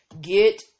Get